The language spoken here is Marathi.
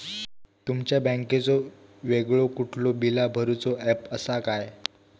तुमच्या बँकेचो वेगळो कुठलो बिला भरूचो ऍप असा काय?